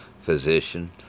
Physician